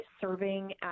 serving